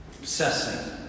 obsessing